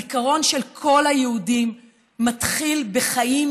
הזיכרון של כל היהודים מתחיל בחיים